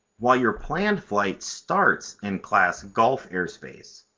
while your planned flight starts in class gulf airspace,